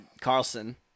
Carlson